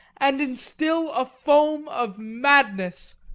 and instil a foam of madness.